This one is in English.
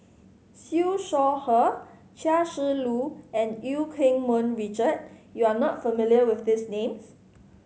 Siew Shaw Her Chia Shi Lu and Eu Keng Mun Richard you are not familiar with these names